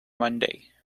monday